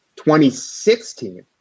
2016